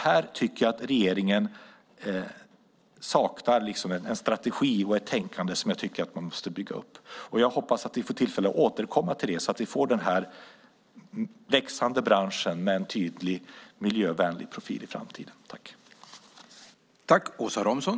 Här tycker jag att regeringen saknar en strategi och ett tänkande som jag anser att man måste bygga upp. Jag hoppas att vi får tillfälle att återkomma till det så att vi får den här växande branschen med en tydligt miljövänlig profil i framtiden.